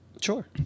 Sure